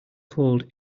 cold